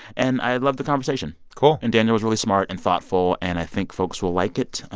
and i loved the conversation cool and daniel was really smart and thoughtful. and i think folks will like it.